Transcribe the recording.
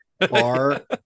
bar